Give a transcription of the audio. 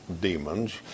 demons